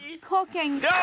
cooking